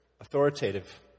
authoritative